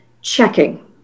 checking